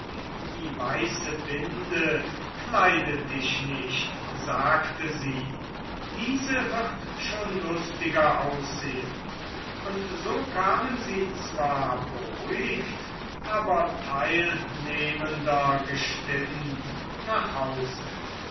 die weiße binde kleidet dich nicht sagte sie diese wird schon lustiger aussehen und so kamen sie zwar beruhigt aber teilnehmender gestimmt nach hause